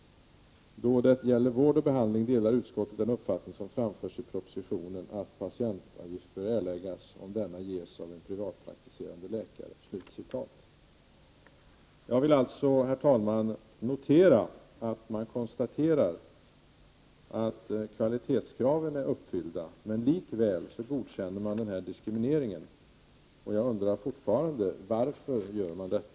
Då det gäller vård och behandling delar utskottet den uppfattning som framförs i propositionen att patientavgift bör erläggas om denna ges av en privatpraktiserande läkare.” Jag vill, herr talman, notera att utskottet konstaterar att kvalitetskravet är uppfyllt. Men likväl godkänner man denna diskriminering. Jag undrar fortfarande: Varför gör man så?